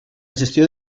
gestió